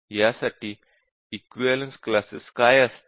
यासाठी equivalence classes काय असतील